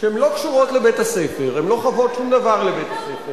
שהן לא קשורות לבית-הספר והן לא חבות שום דבר לבית-הספר.